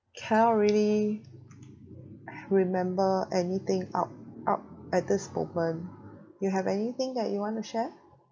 cannot really remember anything out out at this moment you have anything that you want to share